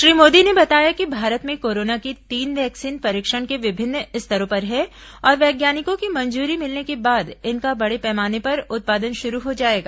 श्री मोदी ने बताया कि भारत में कोरोना की तीन वैक्सीन परीक्षण के विभिन्न स्तरों पर हैं और वैज्ञानिकों की मंजूरी मिलने के बाद इनका बड़े पैमाने पर उत्पादन शुरू हो जाएगा